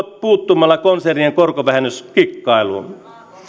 puuttumalla konsernien korkovähennyskikkailuun